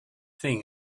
think